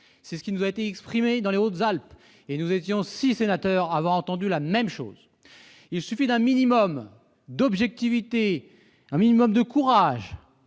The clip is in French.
C'est ce qui nous a été rapporté dans les Hautes-Alpes et nous sommes six sénateurs à avoir entendu la même chose. Il suffit d'un minimum d'objectivité et de courage,